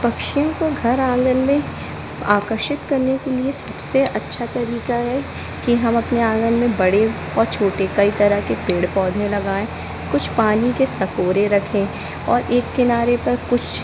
पक्षियों को घर आँगन में आकर्षित करने के लिए सबसे अच्छा तरीका है कि हम अपने आँगन में बड़े और छोटे कई तरह के पेड़ पौधे लगाएँ कुछ पानी के सकोरे रखें और एक किनारे पर कुछ